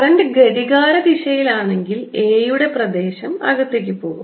current ഘടികാരദിശയിലാണെങ്കിൽ A യുടെ പ്രദേശം അകത്തേക്ക് പോകും